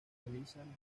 realizan